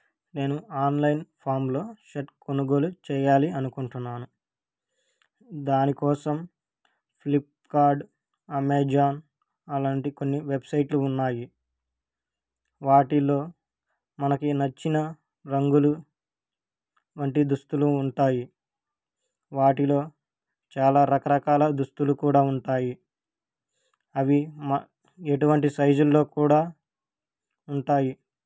నేను ఆన్లైన్ ఫార్మ్లో షర్ట్ కొనుగోలు చెయ్యాలి అనుకుంటున్నాను దానికోసం ఫ్లిప్కార్ట్ అమెజాన్ అలాంటి కొన్ని వెబ్సైట్లు ఉన్నాయి వాటిలో మనకి నచ్చిన రంగులు వంటి దుస్తులు ఉంటాయి వాటిలో చాలా రకరకాల దుస్తులు కూడా ఉంటాయి అవి మా ఎటువంటి సైజుల్లో కూడా ఉంటాయి